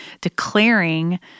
declaring